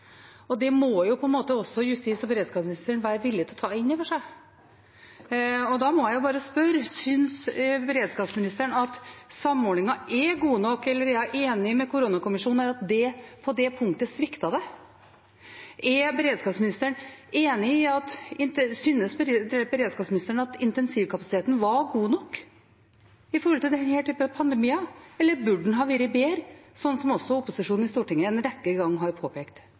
sektorene. Det må på en måte også justis- og beredskapsministeren være villig til å ta inn over seg. Da må jeg bare spørre: Synes beredskapsministeren at samordningen er god nok, eller er hun enig med koronakommisjonen i at det sviktet på det punktet? Synes beredskapsministeren at intensivkapasiteten var god nok for denne typen pandemier, eller burde den ha vært bedre, slik også opposisjonen i Stortinget har påpekt en rekke ganger? Jeg benytter muligheten til å gratulere representanten med dagen i dag. Det er flere bursdagsfeiringer i dag. Hvis representanten ikke har